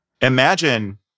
Imagine